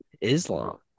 Islam